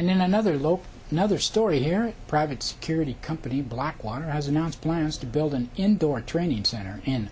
and then another local another story here a private security company blackwater has announced plans to build an indoor training center in